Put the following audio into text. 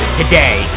today